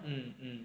mm mm